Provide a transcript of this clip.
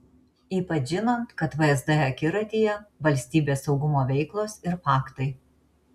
ypač žinant kad vsd akiratyje valstybės saugumo veiklos ir faktai